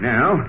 Now